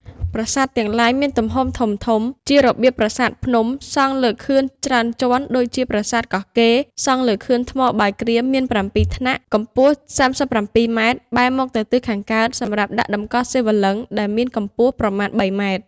ប្រាសាទទាំងឡាយមានទំហំធំៗ ជារបៀបប្រសាទភ្នំ សង់លើខឿនច្រើនជាន់ដូចជាប្រាសាទកោះកេរ សង់លើខឿនថ្មបាយក្រៀម មាន៧ថ្នាក់ កម្ពស់ ៣៧ ម៉ែត្រ បែរមុខទៅទិសខាងកើត សម្រាប់ដាក់តម្កល់សិវលិង្គដែលមានកម្ពស់ប្រមាណ ៣ ម៉ែត្រ ។